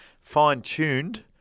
fine-tuned